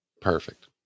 perfect